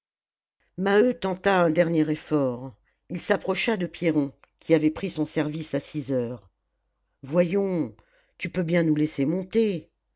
maheu tenta un dernier effort il s'approcha de pierron qui avait pris son service à six heures voyons tu peux bien nous laisser monter